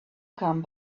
come